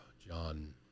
John